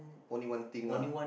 only one thing lah